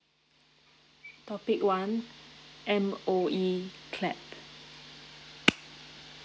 topic one M_O_E clap